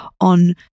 on